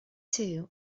two